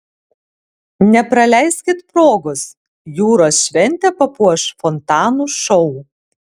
nepraleiskit progos jūros šventę papuoš fontanų šou